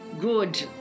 good